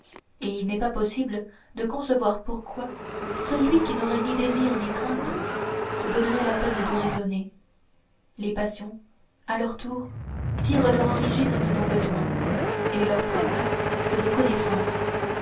et il n'est pas possible de concevoir pourquoi celui qui n'aurait ni désirs ni craintes se donnerait la peine de raisonner les passions à leur tour tirent leur origine de nos besoins et leur progrès de nos connaissances